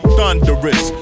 Thunderous